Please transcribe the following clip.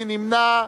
מי נמנע?